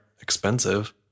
expensive